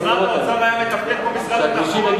אם משרד האוצר היה מתפקד כמו משרד התחבורה,